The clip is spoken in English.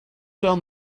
down